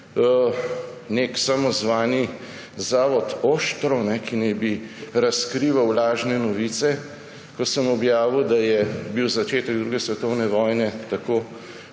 nek samozvani zavod Oštro, ki naj bi razkrival lažne novice, ko sem objavil, da je bil začetek druge svetovne vojne tako